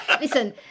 Listen